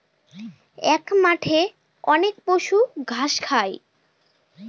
এক মাঠে অনেক পশু ঘাস খায়